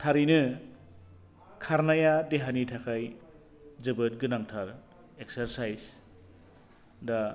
थारैनो खारनाया देहानि थाखाय जोबोद गोनांथार एक्स्राचाइच दा